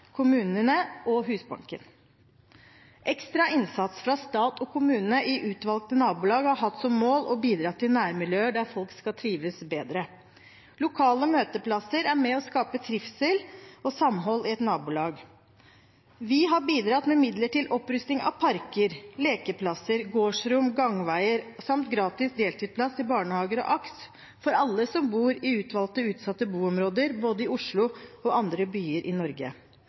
kommunene og Husbanken. Ekstra innsats fra stat og kommune i utvalgte nabolag har hatt som mål å bidra til nærmiljøer der folk skal trives bedre. Lokale møteplasser er med på å skape trivsel og samhold i et nabolag. Vi har bidratt med midler til opprustning av parker, lekeplasser, gårdsrom, gangveier samt gratis deltidsplass i barnehager og AKS for alle som bor i utvalgte utsatte boområder både i Oslo og i andre byer i Norge.